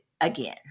again